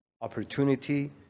opportunity